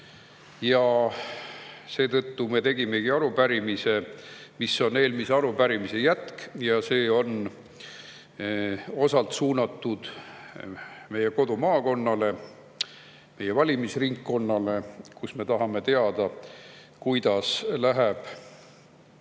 Ja seetõttu me tegimegi arupärimise, mis on eelmise arupärimise jätk. See on osalt suunatud meie kodumaakonnale, meie valimisringkonnale. Me tahame teada, kuidas läheb